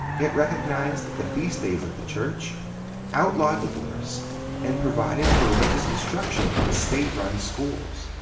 it recognized the feast days of the church outlawed divorce and provided for religious instruction in state run schools.